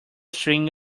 string